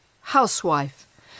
housewife